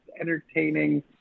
entertaining